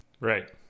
Right